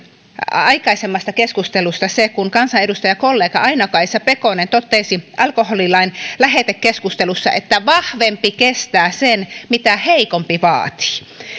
aikaisemmasta keskustelusta se kun kansanedustajakollega aino kaisa pekonen totesi alkoholilain lähetekeskustelussa että vahvempi kestää sen mitä heikompi vaatii